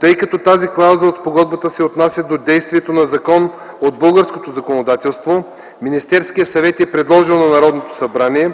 Тъй като тази клауза от спогодбата се отнася до действието на закон от българското законодателство, Министерският съвет е предложил на Народното събрание